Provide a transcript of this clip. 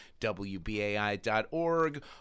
WBAI.org